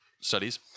studies